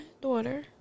daughter